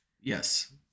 Yes